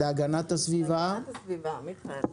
להגנת הסביבה, מיכאל.